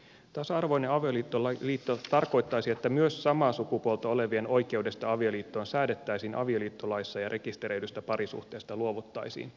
tasa arvoinen avioliitto tarkoittaisi että myös samaa sukupuolta olevien oikeudesta avioliittoon säädettäisiin avioliittolaissa ja rekisteröidystä parisuhteesta luovuttaisiin